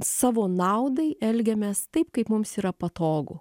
savo naudai elgiamės taip kaip mums yra patogu